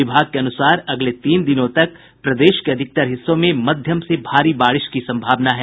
विभाग के अनुसार अगले तीन दिनों तक प्रदेश के अधिकतर हिस्सों में मध्यम से भारी बारिश की संभावना है